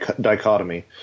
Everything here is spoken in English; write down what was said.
dichotomy